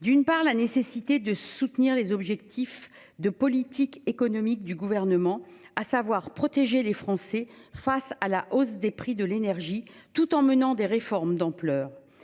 d'une part la nécessité de soutenir les objectifs de politique économique du gouvernement, à savoir protéger les Français face à la hausse des prix de l'énergie tout en menant des réformes d'ampleur.